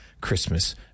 Christmas